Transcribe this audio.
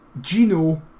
Gino